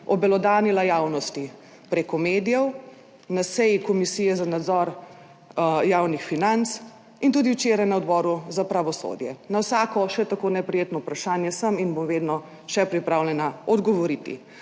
obelodanila javnosti preko medijev, na seji Komisije za nadzor javnih financ in tudi včeraj na Odboru za pravosodje. Na vsako, še tako neprijetno vprašanje sem in bom vedno še pripravljena odgovoriti.